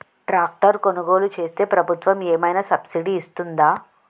Tractor కొనుగోలు చేస్తే ప్రభుత్వం ఏమైనా సబ్సిడీ ఇస్తుందా?